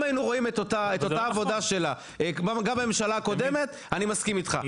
אם היינו רואים את אותה העבודה שלה גם בממשלה הקודמת אני מסכים איתך,